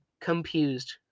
confused